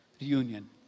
reunion